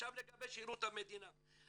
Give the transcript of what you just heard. עכשיו לגבי שירות המדינה,